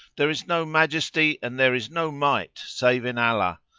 there is no majesty and there is no might save in allah!